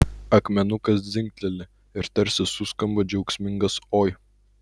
akmenukas dzingteli ir tarsi suskamba džiaugsmingas oi